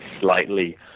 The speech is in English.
slightly